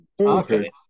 Okay